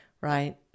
right